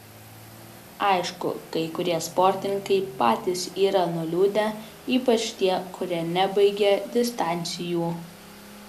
aišku kai kurie sportininkai patys yra nuliūdę ypač tie kurie nebaigė distancijų